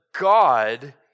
God